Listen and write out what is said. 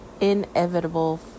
inevitable